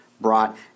brought